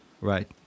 Right